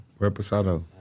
Reposado